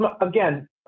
again